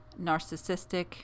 narcissistic